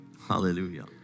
Hallelujah